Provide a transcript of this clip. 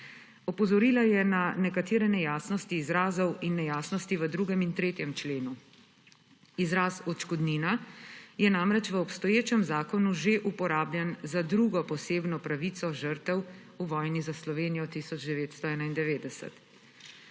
Opozorila je na nekatere nejasnosti izrazov in nejasnosti v 2. in 3. členu. Izraz »odškodnina« je namreč v obstoječem zakonu že uporabljen za drugo posebno pravico žrtev v vojni za Slovenijo 1991.